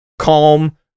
calm